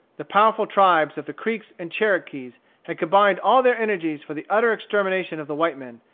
the powerful tribes of the creeks and cherokees had combined all their energies for the utter extermination of the white men,